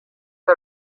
راه